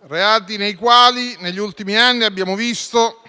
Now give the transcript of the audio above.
reati rispetto ai quali negli ultimi anni abbiamo visto